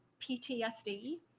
PTSD